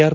R